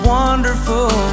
wonderful